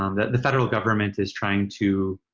um the the federal government is trying to